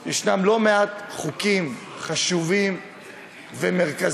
יש לא מעט חוקים חשובים ומרכזיים